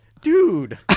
Dude